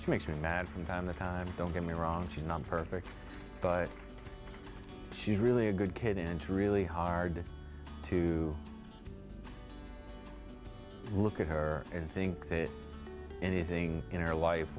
things makes me from time to time don't get me wrong she's not perfect but she's really a good kid and really hard to look at her and think that anything in her life